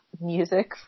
music